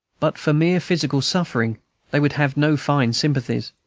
but for mere physical suffering they would have no fine sympathies.